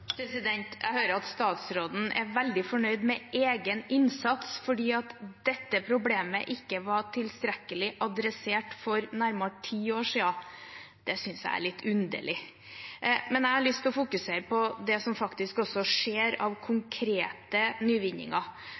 Jeg hører at statsråden er veldig fornøyd med egen innsats fordi dette problemet ikke var tilstrekkelig adressert for nærmere ti år siden. Det synes jeg er litt underlig. Men jeg har lyst til å fokusere på det som faktisk også skjer av konkrete nyvinninger.